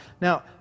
Now